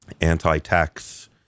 anti-tax